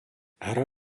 hra